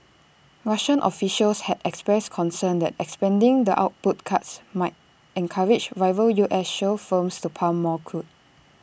Russian officials had expressed concern that extending the output cuts might encourage rival U S shale firms to pump more crude